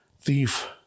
thief